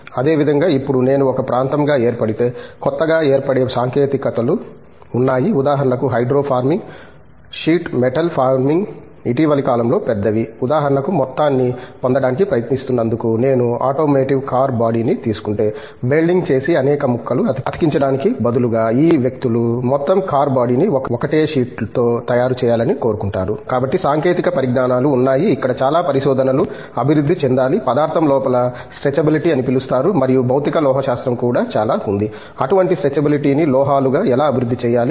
అదేవిధంగా ఇప్పుడు నేను ఒక ప్రాంతంగా ఏర్పడితే కొత్తగా ఏర్పడే సాంకేతికతలు ఉన్నాయి ఉదాహరణకు hydro forming sheet metal forming ఇటీవలి కాలంలో పెద్దవి ఉదాహరణకు మొత్తాన్ని పొందడానికి ప్రయత్నిస్తున్నందుకు నేను ఆటోమోటివ్ కార్ బాడీని తీసుకుంటే వెల్డింగ్ చేసి అనేక ముక్కలు అతికించడానికి బదులుగా ఈ వ్యక్తులు మొత్తం కార్ బాడీని 1 ఒక్కటే షీట్తో తయారు చేయాలని కోరుకుంటారు కాబట్టి సాంకేతిక పరిజ్ఞానాలు ఉన్నాయి ఇక్కడ చాలా పరిశోధనలు అభివృద్ధి చెందాలి పదార్థం లోపల స్ట్రెచబిలిటీ అని పిలుస్తారు మరియు భౌతిక లోహశాస్త్రం కూడా చాలా ఉంది అటువంటి స్ట్రెచబిలిటీని లోహాలుగా ఎలా అభివృద్ధి చేయాలి